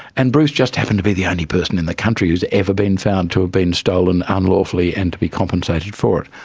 and bruce just happened to be the only person in the country who has ever been found to have ah been stolen unlawfully and to be compensated for it.